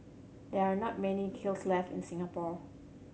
there are not many kilns left in Singapore